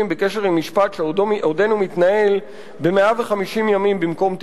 בקשר עם משפט שעודנו מתנהל ב-150 ימים במקום ב-90.